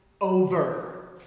over